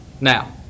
now